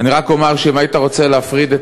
אני רק אומר שאם היית רוצה להפריד את